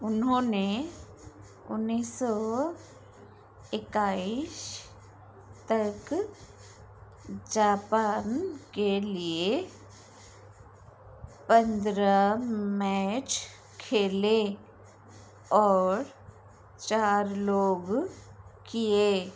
उन्होंने उन्नीस सौ एकाइश तक जापान के लिए पंद्रह मैच खेले और चार लोग किए